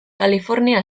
kalifornia